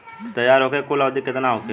तैयार होखे के कुल अवधि केतना होखे?